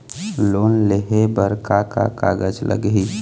Loan लेहे बर का का कागज लगही?